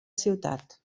ciutat